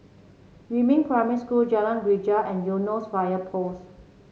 Yumin Primary School Jalan Greja and Eunos Fire Post